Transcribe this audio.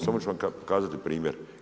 Samo ću vam kazati primjer.